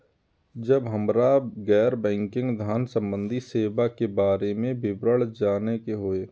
जब हमरा गैर बैंकिंग धान संबंधी सेवा के बारे में विवरण जानय के होय?